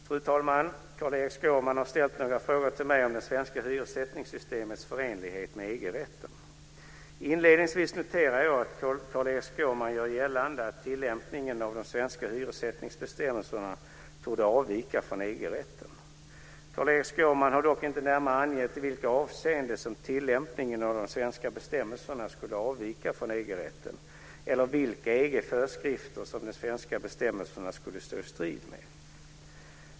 Fru talman! Carl-Erik Skårman har ställt några frågor till mig om det svenska hyressättningssystemets förenlighet med EG-rätten. Inledningsvis noterar jag att Carl-Erik Skårman gör gällande att tillämpningen av de svenska hyressättningsbestämmelserna torde avvika från EG-rätten. Carl-Erik Skårman har dock inte närmare angett i vilka avseenden som tillämpningen av de svenska bestämmelserna skulle avvika från EG-rätten eller vilka EG-föreskrifter som de svenska bestämmelserna skulle stå i strid med.